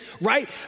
right